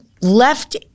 left